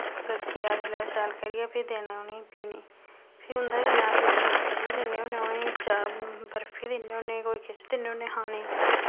गड़की जा जिसलै शैल करियै फिर देना उ'नेंई पीने गी फ्ही उं'दे कन्नै अस बिस्किट बी दिन्ने होन्ने उ'नेंई चाह् बर्फी दिन्ने होन्ने कोई किश दिन्ने होन्ने खाने ई